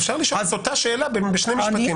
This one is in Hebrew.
אפשר לשאול את אותה שאלה בשני משפטים.